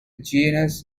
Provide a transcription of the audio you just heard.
genus